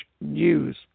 news